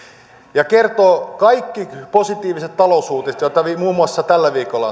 ja kertoo kaikki positiiviset talousuutiset joita muun muassa tällä viikolla